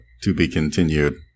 to-be-continued